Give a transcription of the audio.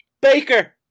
Baker